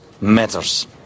matters